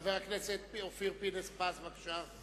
חבר הכנסת אופיר פינס-פז, בבקשה.